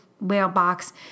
mailbox